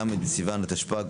ל' בסיוון התשפ"ג,